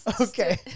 Okay